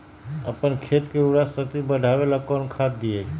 अपन खेत के उर्वरक शक्ति बढावेला कौन खाद दीये?